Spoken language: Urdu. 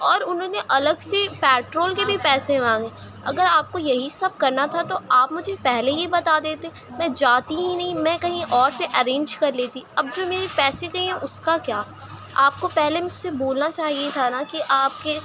اور انہوں نے الگ سے پیٹرول کے بھی پیسے مانگے اگر آپ کو یہی سب کرنا تھا تو آپ مجھے پہلے ہی بتا دیتے میں جاتی ہی نہیں میں کہیں اور سے ایرینج کر لیتی اب جو میرے پیسے گئے ہیں اس کا کیا آپ کو پہلے مجھ سے بولنا چاہیے تھا نہ کہ آپ کے